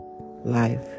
life